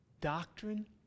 doctrine